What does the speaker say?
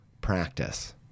practice